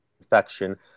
infection